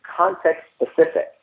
context-specific